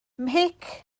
mhic